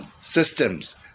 systems